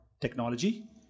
technology